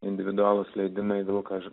individualūs leidimai vilkas